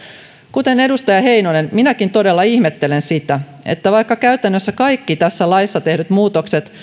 kuten edustaja heinonen minäkin todella ihmettelen sitä että vaikka käytännössä kaikki tässä laissa tehdyt muutokset